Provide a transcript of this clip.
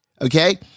okay